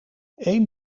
één